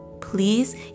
Please